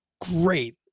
great